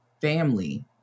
family